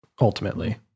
ultimately